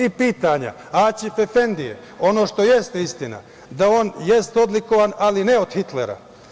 I pitanje Aćif efendije, ono što jeste istina da on jeste odlikovan, ali ne od Hitlera.